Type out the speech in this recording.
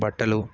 బట్టలు